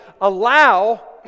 allow